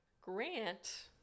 Grant